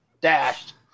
dashed